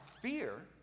fear